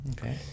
Okay